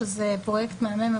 שזה פרויקט מהמם,